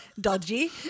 Dodgy